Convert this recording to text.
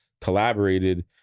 collaborated